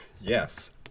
Yes